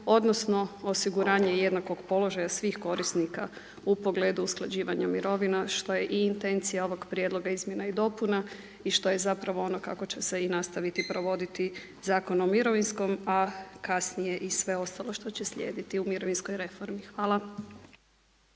odnosno osiguranje jednakog položaja svih korisnika u pogledu usklađivanja mirovina što je i intencija ovog prijedlog izmjena i dopuna i što je zapravo ono kako će i nastaviti provoditi Zakon o mirovinskom, a kasnije i sve ostalo što će slijediti u mirovinskoj reformi. Hvala.